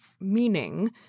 meaning